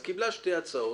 אז קיבלה שתי הצעות,